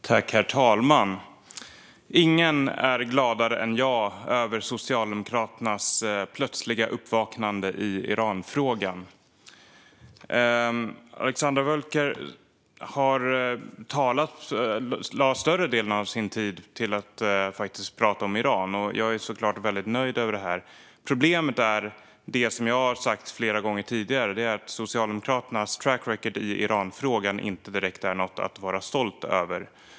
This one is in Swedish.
Herr talman! Ingen är gladare än jag över Socialdemokraternas plötsliga uppvaknande i Iranfrågan. Alexandra Völker lade större delen av sin tid på att prata om Iran, och jag är såklart väldigt nöjd med det. Problemet är det som jag har sagt flera gånger tidigare, nämligen att Socialdemokraternas track record i Iranfrågan inte direkt är något att vara stolt över.